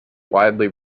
widely